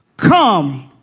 Come